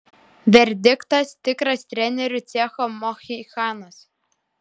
verdiktas tikras trenerių cecho mohikanas